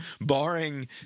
Barring